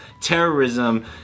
terrorism